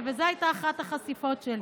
וזאת הייתה אחת החשיפות שלי.